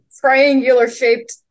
triangular-shaped